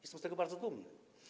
Jestem z tego bardzo dumny.